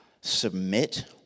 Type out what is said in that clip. Submit